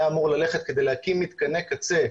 היה אמור ללכת כדי להקים מתקני קצה,